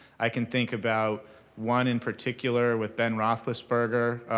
i can think about one in particular with ben rothlisberger.